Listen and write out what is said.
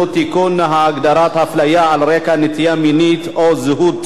הגדרת הפליה על רקע נטייה מינית או זהות מגדר),